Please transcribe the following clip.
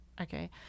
Okay